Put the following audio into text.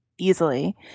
easily